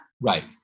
Right